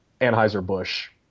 Anheuser-Busch